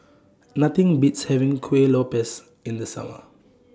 Nothing Beats having Kueh Lopes in The Summer